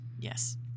Yes